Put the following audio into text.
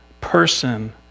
person